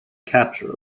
capture